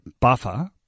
buffer